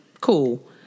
Cool